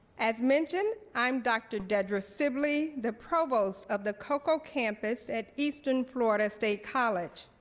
as mentioned, i'm dr. dedra sibley, the provost of the cocoa campus at eastern florida state college.